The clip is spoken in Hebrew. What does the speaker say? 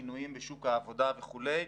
שינויים בשוק העבודה וכו'.